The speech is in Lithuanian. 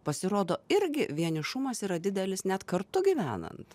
pasirodo irgi vienišumas yra didelis net kartu gyvenant